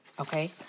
okay